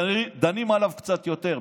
דנים עליו קצת יותר,